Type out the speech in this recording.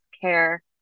care